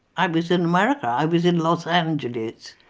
i was in america, i was in los angeles,